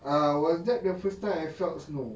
ah was that the first time I felt snow